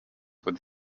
with